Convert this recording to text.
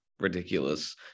ridiculous